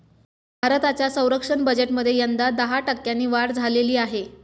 भारताच्या संरक्षण बजेटमध्ये यंदा दहा टक्क्यांनी वाढ झालेली आहे